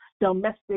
domestic